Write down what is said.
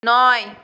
নয়